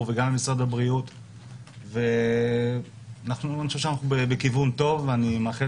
וגם למשרד הבריאות ואנחנו בכיוון טוב אני מאחל